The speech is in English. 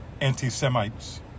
anti-Semites